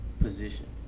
position